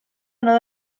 uno